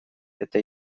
eta